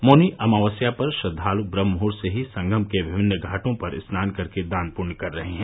मौनी अमावस्या पर श्रद्वालु ब्रम्हमुहूर्त से ही संगम के विभिन्न घाटो पर स्नान कर के दान पुण्य कर रहे हैं